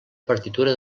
partitura